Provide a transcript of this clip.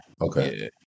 Okay